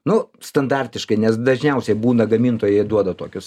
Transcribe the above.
nu standartiškai nes dažniausiai būna gamintojai duoda tokius